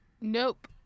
Nope